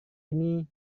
ini